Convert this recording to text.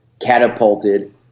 catapulted